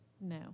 No